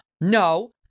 no